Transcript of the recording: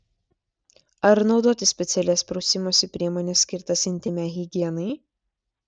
ar naudoti specialias prausimosi priemones skirtas intymiai higienai